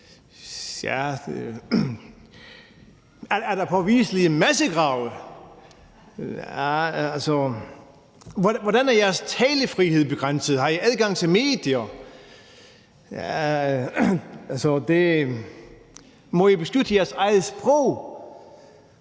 Er der påviselige massegrave? Tjoh ... Hvordan er jeres talefrihed begrænset? Har I adgang til medier? Tjoh ... Må I beskytte jeres eget sprog?